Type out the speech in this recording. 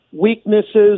weaknesses